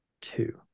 two